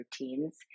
routines